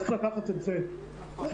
צריך לקחת את זה בחשבון,